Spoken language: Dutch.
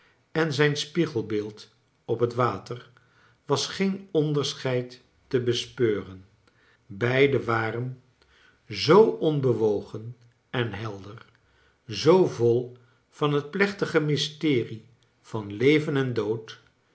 en zijn spiegelbeeld op het water was geen onderscheid te bespeuren beide waren zoo onbewogen en helder zoo vol van het plechtige mysterie van leven en dood